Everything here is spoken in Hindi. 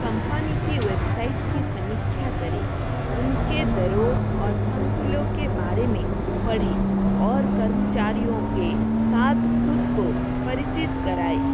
कंपनी की वेबसाइट की समीक्षा करें उनके दरों और संकुलों के बारे में पढ़ें और कर्मचारियों के साथ ख़ुद को परिचित कराएँ